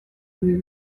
ibi